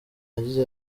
yagize